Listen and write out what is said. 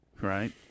right